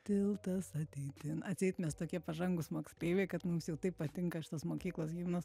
tiltas ateitin atseit mes tokie pažangūs moksleiviai kad mums jau taip patinka šitos mokyklos himnas